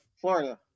Florida